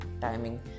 Timing